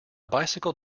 bicycle